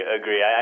agree